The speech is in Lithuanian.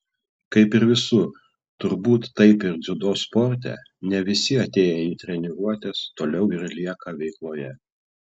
kaip ir visur turbūt taip ir dziudo sporte ne visi atėję į treniruotes toliau ir lieka veikloje